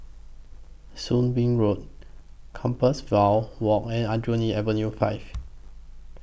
Soon Wing Road Compassvale Walk and Aljunied Avenue five